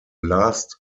last